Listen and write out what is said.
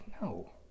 no